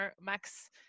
Max